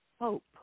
hope